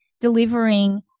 delivering